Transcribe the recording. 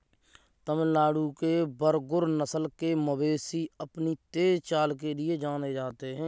तमिलनाडु के बरगुर नस्ल के मवेशी अपनी तेज चाल के लिए जाने जाते हैं